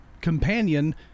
companion